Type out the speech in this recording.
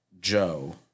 Joe